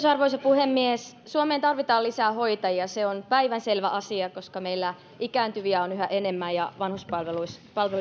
arvoisa puhemies suomeen tarvitaan lisää hoitajia se on päivänselvä asia koska meillä ikääntyviä on yhä enemmän ja vanhuspalvelujen